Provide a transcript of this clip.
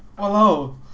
!walao!